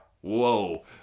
Whoa